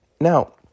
Now